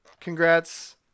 congrats